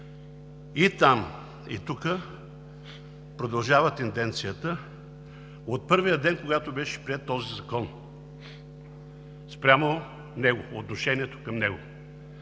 И там, и тук продължава тенденцията от първия ден, когато беше приет този закон, спрямо него, отношението към него.